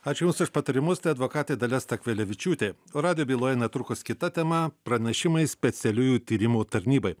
ačiū jums už patarimus tai advokatė dalia stakvilevičiūtė radijo byloje netrukus kita tema pranešimai specialiųjų tyrimų tarnybai